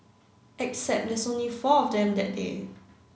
except there's only four of them that day